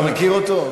כך אתה מכיר אותו?